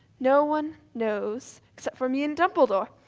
no one knows except for me and dumbledore.